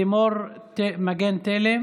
חברת הכנסת לימור מגן תלם,